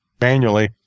manually